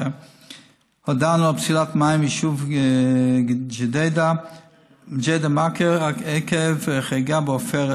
2017 הודענו על פסילת מים ביישוב ג'דיידה-מכר עקב חריגה בעופרת,